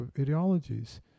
ideologies